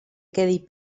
quedi